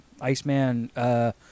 Iceman